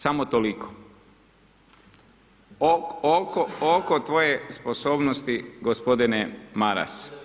Samo toliko oko tvoje sposobnosti gospodine Maras.